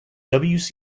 lambert